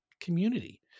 community